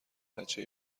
بچه